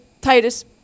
Titus